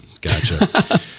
gotcha